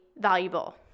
valuable